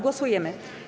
Głosujemy.